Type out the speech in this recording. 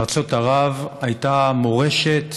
בארצות ערב הייתה מורשת,